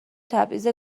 تبعیض